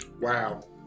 Wow